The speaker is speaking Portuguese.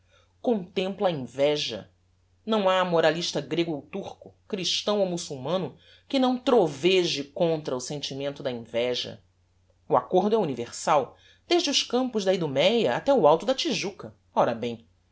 contempla a inveja não ha moralista grego ou turco christão ou mussulmano que não troveje contra o sentimento da inveja o accordo é universal desde os campos da iduméa até o alto da tijuca ora bem